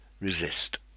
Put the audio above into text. resist